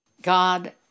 God